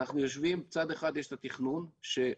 אנחנו יושבים ומצד אחד יש את התכנון שמרתיח